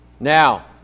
now